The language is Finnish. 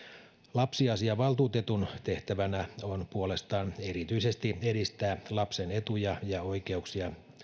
lapsiasiavaltuutetun tehtävänä on puolestaan erityisesti edistää lapsen etuja ja oikeuksia